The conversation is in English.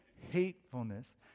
hatefulness